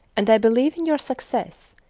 and i believe in your success,